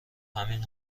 همین